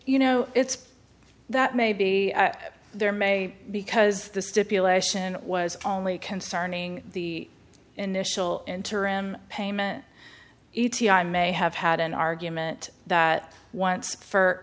you know it's that maybe there may because the stipulation was only concerning the initial interim payment i may have had an argument that once for